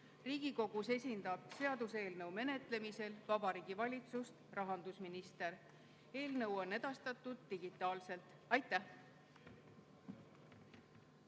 Riigikogus esindab seaduseelnõu menetlemisel Vabariigi Valitsust rahandusminister. Eelnõu on edastatud digitaalselt. Austatud